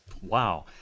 Wow